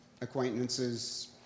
acquaintances